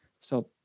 So-